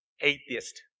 atheist